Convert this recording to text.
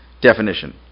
definition